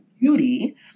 beauty